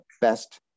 best